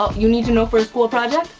ah you need to know for a school project?